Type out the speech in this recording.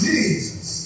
Jesus